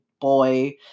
boy